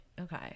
Okay